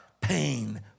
pain